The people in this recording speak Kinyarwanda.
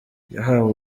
yahawe